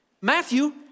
Matthew